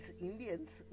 Indians